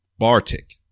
Bartik